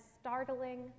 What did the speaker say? startling